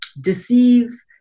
deceive